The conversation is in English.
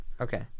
Okay